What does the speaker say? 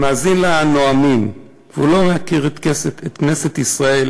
ומאזין לנואמים והוא לא מכיר את כנסת ישראל,